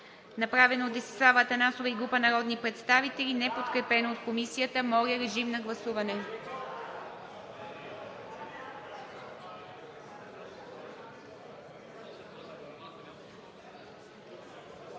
представител Десислава Атанасова и група народни представители, неподкрепено от Комисията. Моля, режим на гласуване.